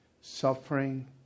suffering